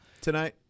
tonight